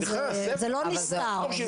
זה לא מספר.